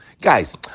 Guys